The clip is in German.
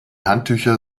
handtücher